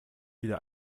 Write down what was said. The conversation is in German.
wieder